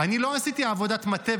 אני לא עשיתי עבודת מטה,